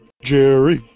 Jerry